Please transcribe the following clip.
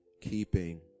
keeping